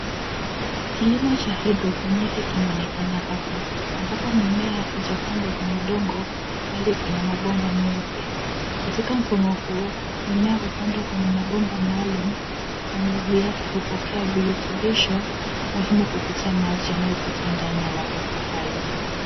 Kilimo cha haidroponiki kinaonekana hapa ambapo mimea haijapandwa kwenye udongo bali kwenye mabomba meupe. Katika mfumo huu mimea hupandwa kwenye mabomba maalum na mizizi yake hupokea virutubisho muhimu kupitia maji yanayopita ndani ya mabomba hayo.